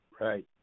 Right